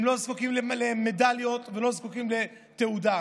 הם לא זקוקים למדליות ולא זקוקים לתעודה.